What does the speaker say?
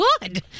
good